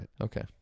Okay